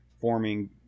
forming